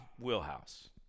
wheelhouse